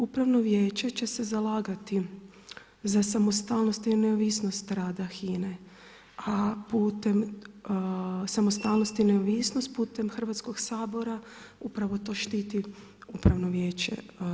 Upravno vijeće će se zalagati za samostalnost i neovisnost rada HINA-e a putem samostalnosti i neovisnosti putem Hrvatskog sabora, upravo to štiti upravno vijeće.